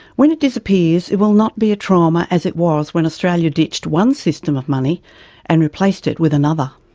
when it disappears it will not be a trauma as it was when australia ditched one system of money and replaced it with another.